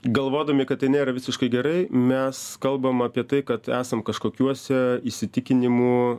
galvodami kad tai nėra visiškai gerai mes kalbam apie tai kad esam kažkokiuose įsitikinimų